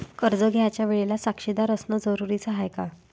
कर्ज घ्यायच्या वेळेले साक्षीदार असनं जरुरीच हाय का?